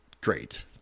great